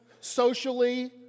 socially